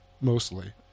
mostly